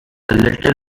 little